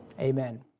Amen